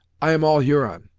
i am all huron!